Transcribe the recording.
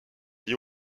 liés